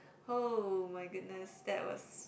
oh-my-goodness that was